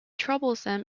troublesome